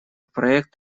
проект